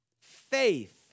Faith